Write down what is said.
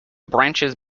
branches